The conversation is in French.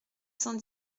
cent